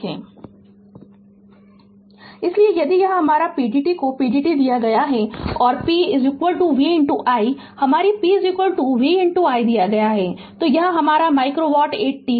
Refer Slide Time 0646 इसलिए यदि यह हमारा pdt को pdt दिया गया है और p v i हमारे पहले p v i दिया है तो यह हमारा माइक्रो वाट 8 t है